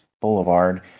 Boulevard